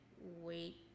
wait